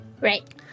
Right